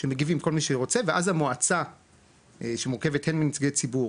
שמגיבים כל מי שרוצה ואז המועצה שמורכבת הן מנציגי ציבור